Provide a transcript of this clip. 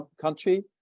country